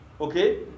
Okay